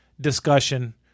discussion